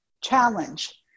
challenge